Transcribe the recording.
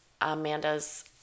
Amanda's